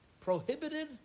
prohibited